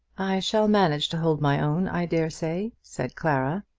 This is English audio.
i shall manage to hold my own, i dare say, said clara.